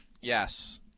Yes